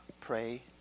Pray